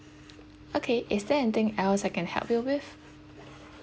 okay is there anything else I can help you with